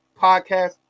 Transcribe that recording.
podcast